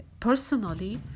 personally